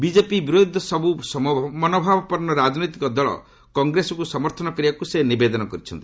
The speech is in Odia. ବିଜେପି ବିରୋଧୀ ସବୁ ସମଭାବାପନ୍ନ ରାଜନୈତିକ ଦଳ କଂଗ୍ରେସକୁ ସମର୍ଥନ କରିବାକୁ ସେ ନିବେଦନ କରିଛନ୍ତି